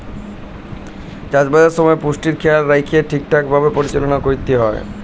চাষবাসের সময় পুষ্টির খেয়াল রাইখ্যে ঠিকভাবে পরিচাললা ক্যইরতে হ্যয়